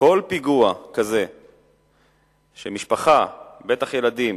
כל פיגוע כזה של משפחה, בטח ילדים